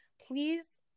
please